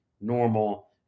normal